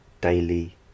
daily